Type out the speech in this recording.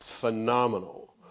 phenomenal